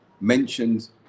mentioned